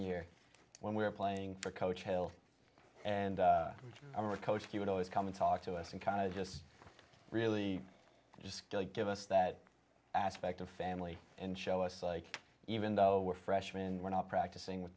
year when we were playing for coach hill and our coach he would always come and talk to us and kind of just really just give us that aspect of family and show us like even though we're freshmen we're not practicing with